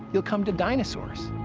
you'll come to dinosaurs.